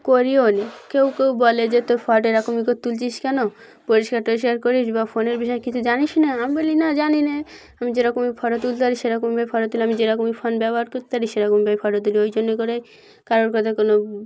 করিও নি কেউ কেউ বলে যে তোর ফোটো এরকমই করে তুলছিস কেন পরিষ্কার টরিষ্কার করিস বা ফোনের বিষয়ে কিছু জানিস না আমি বলি না জানি না আমি যেরকমই ফোটো তুলতে পারি সেরকমভাবে ফটো তুলি আমি যেরকমই ফোন ব্যবহার করতে পারি সেরকমভাবে ফোটো তুলি ওই জন্য করেই কারোর কথা কোনো